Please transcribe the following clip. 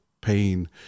pain